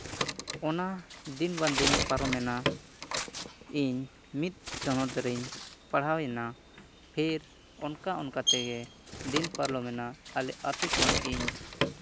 ᱚᱱᱟ ᱫᱤᱱ ᱜᱚᱱ ᱫᱤᱱ ᱯᱟᱨᱚᱢᱮᱱᱟ ᱤᱧ ᱢᱤᱫ ᱪᱟᱱᱟᱪ ᱨᱤᱧ ᱯᱟᱲᱦᱟᱣᱮᱱᱟ ᱯᱷᱤᱨ ᱚᱱᱠᱟᱼᱚᱱᱠᱟ ᱛᱮᱜᱮ ᱫᱤᱱ ᱯᱟᱨᱚᱢᱮᱱᱟ ᱟᱞᱮ ᱟᱛᱳ ᱠᱷᱚᱱ ᱤᱧ